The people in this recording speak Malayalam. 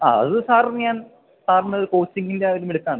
ആ അത് സാറിന് ഞാൻ സാറിന് ഒരു കോച്ചിംഗിൻ്റെ ആ ഒരു മിടുക്കാണ്